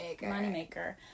moneymaker